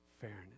fairness